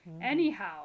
Anyhow